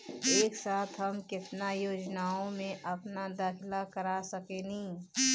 एक साथ हम केतना योजनाओ में अपना दाखिला कर सकेनी?